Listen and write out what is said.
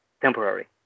temporary